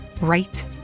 right